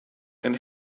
and